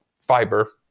fiber